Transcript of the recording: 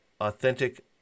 authentic